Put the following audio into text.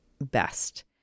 best